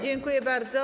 Dziękuję bardzo.